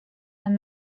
and